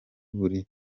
buri